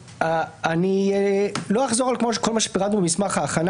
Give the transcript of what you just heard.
לא אחזור על כל מה שפרטנו במסמך ההכנה